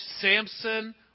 Samson